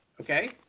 Okay